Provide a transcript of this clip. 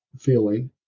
feeling